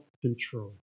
control